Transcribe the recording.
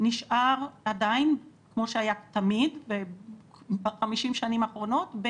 נשאר כמו שהיה ב-50 שנים האחרונות,